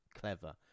Clever